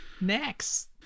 Next